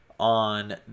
On